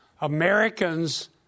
Americans